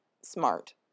smart